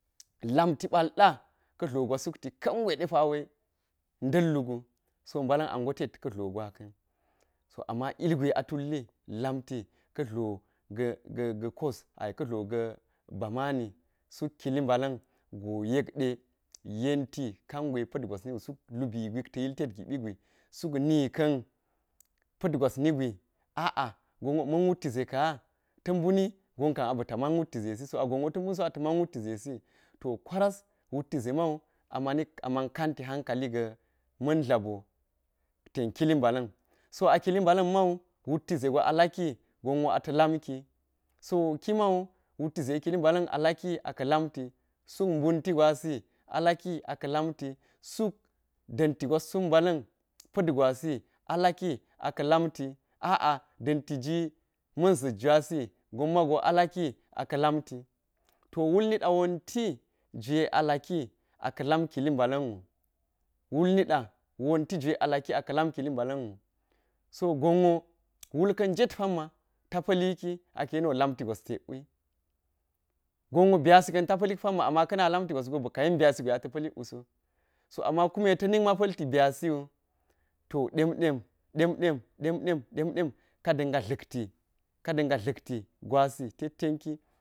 Lamti pa̱lɗa ka tlogwa̱ sukti, kangwai ɗepa̱wai dalla̱gu, ba̱la̱n a gotet ka̱ tlogwa̱ka̱n, so amma ilgwai a tulli la̱mti ka̱ tlo ga̱- ga ba̱ ma̱ni suk kili ba̱la̱ngo yekde yenti ka̱nti ka̱ngwa̱i pa̱tgwas niwu suk lubi gwai ta̱ yeltet gibigwi suk nika̱n pa̱t gwas nigwi a'a, gonwo, ma̱n wutti zek a, ta buni gonka̱ a bita̱ ma̱n wutti zesi so, a gonwo ta bunso a ta̱ ma̱n klutti zesi, to kwara̱s wuttizc ma̱u ama̱nila ama̱n kanti hanka̱li ga̱ma̱n tla̱bo ten kili balan. Sa a kili bala ma̱u wutti ze gwa mago a la̱ki go wo ata̱ lamki, so kimau wuttize kili ba̱la̱n a la̱kki aka̱ la̱mtin suk bunti gwa̱si alaki aka̱ lamti, sule dan gwas suk balan, pal gwasi a laki aka lamti, a'a, dantiji ma̱n zet gwasi, gon mago alaki aka̱ lamti, to wulnida wonti juwai a laki aka lam kili balanwu, idul nida wonti juwai alaki aka̱ lam kili balanwu. So gonwo wulkan jet paṉma̱ ta pa̱liki aka̱ teniwo lamti gwa̱s tetwi, gonwo byasi kanta pa̱lik pa̱nma amma ka̱na lamti gwasgo bika̱ yen byasi gwa̱i ta̱ pa̱la̱ik wuso, so amma kume ta̱ nikma̱ pa̱lti bya̱siwu to ɗem ɗem ɗem ɗem ɗem ɗem ɗem ɗen. Ka dana tla̱kti, ka̱ ɗa̱nga̱ tla̱kti gwasi tek tenki.